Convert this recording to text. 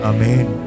Amen